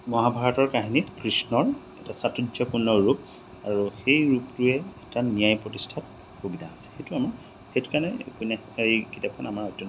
মহাভাৰতৰ কাহিনীত কৃষ্ণৰ এটা চাতুয্য়পূৰ্ণ ৰূপ আৰু সেই ৰূপটোৱে এটা ন্যায় প্ৰতিষ্ঠাত সুবিধা আছে সেইটো আমাৰ সেইটো কাৰণে উপন্যাস সেই কিতাপখন আমাৰ অত্যন্ত